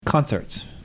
Concerts